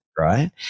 right